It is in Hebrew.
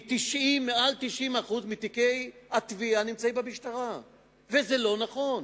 יותר מ-90% מתיקי התביעה נמצאים במשטרה וזה לא נכון.